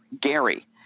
Gary